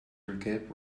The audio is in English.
recap